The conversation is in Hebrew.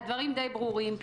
הדברים די ברורים.